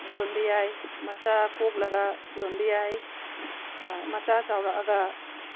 ꯌꯣꯟꯕ ꯌꯥꯏ ꯃꯆꯥ ꯀꯣꯛꯂꯒ ꯌꯣꯟꯕ ꯌꯥꯏ ꯃꯆꯥ ꯆꯥꯎꯔꯛꯑꯒ